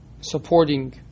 supporting